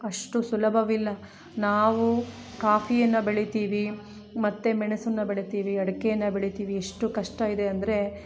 ಅಷ್ಟು ಸುಲಭವಿಲ್ಲ ನಾವು ಕಾಫೀಯನ್ನು ಬೆಳಿತೀವಿ ಮತ್ತು ಮೆಣಸನ್ನು ಬೆಳಿತಿವಿ ಅಡಿಕೆಯನ್ನ ಬೆಳಿತೀವಿ ಎಷ್ಟು ಕಷ್ಟ ಇದೆ ಅಂದರೆ